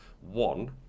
One